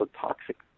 toxic